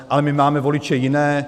Ale my máme voliče jiné.